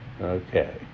Okay